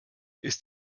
ist